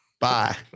bye